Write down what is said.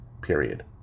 period